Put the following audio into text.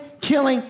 killing